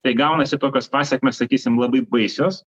tai gaunasi tokios pasekmės sakysim labai baisios